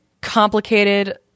complicated